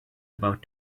about